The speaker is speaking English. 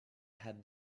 had